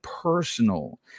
personal